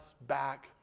back